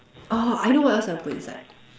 oh I know what else I put inside